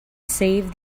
save